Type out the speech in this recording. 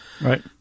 Right